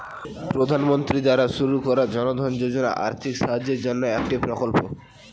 প্রধানমন্ত্রী দ্বারা শুরু করা জনধন যোজনা আর্থিক সাহায্যের জন্যে একটি প্রকল্প